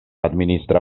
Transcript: administra